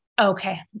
Okay